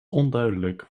onduidelijk